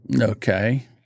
Okay